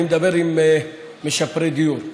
אני מדבר עם משפרי דיור,